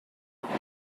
when